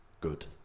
Good